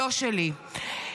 לא שלי,